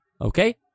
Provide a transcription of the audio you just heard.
Okay